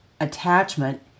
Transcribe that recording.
attachment